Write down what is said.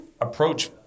approach